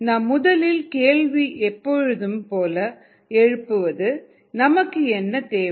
நம் முதல் கேள்வி எப்பொழுதும் போல நமக்கு என்ன தேவை